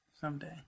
Someday